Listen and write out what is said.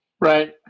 Right